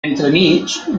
entremig